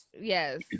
Yes